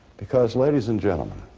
because, ladies and gentlemen,